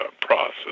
process